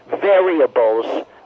variables